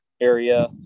area